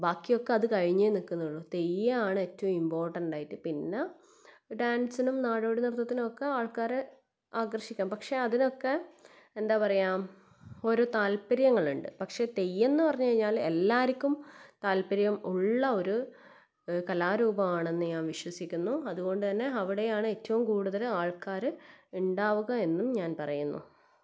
ബാക്കിയൊക്കെ അത് കഴിഞ്ഞേ നിൽക്കുന്നുള്ളൂ തെയ്യമാണ് ഏറ്റവും ഇമ്പോർട്ടൻറ്റായിട്ട് പിന്നെ ഡാൻസിനും നാടോടി നൃത്തത്തിനൊക്കെ ആൾക്കാര് ആകർഷിക്കാം പക്ഷേ അതിനൊക്കെ എന്താ പറയുക ഓരോ താൽപ്പര്യങ്ങൾ ഉണ്ട് പക്ഷേ തെയ്യമെന്ന് പറഞ്ഞ് കഴിഞ്ഞാല് എല്ലാവർക്കും താൽപ്പര്യം ഉള്ള ഒര് കലാരൂപം ആണെന്ന് ഞാൻ വിശ്വസിക്കുന്നു അതുകൊണ്ട് തന്നെ അവിടെ ആണ് ഏറ്റവും കൂടുതല് ആൾക്കാര് ഉണ്ടാവുക എന്നും ഞാൻ പറയുന്നു